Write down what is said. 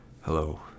Hello